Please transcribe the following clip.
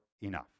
enough